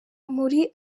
muri